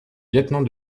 lieutenant